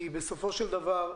בסופו של דבר,